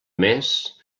més